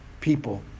people